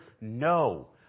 no